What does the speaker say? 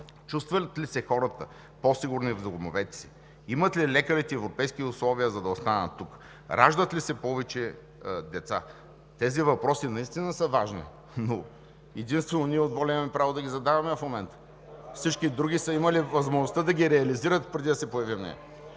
Чувстват ли се хората по-сигурни в домовете си? Имат ли лекарите европейски условия, за да останат тук? Раждат ли се повече деца? Тези въпроси наистина са важни, но единствено ние от „Воля“ имаме право да ги задаваме в момента. Всички други са имали възможността да ги реализират, преди да се появим ние.